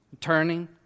Turning